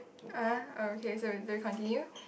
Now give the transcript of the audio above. uh oh okay so we we'll continue